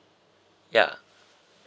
yeah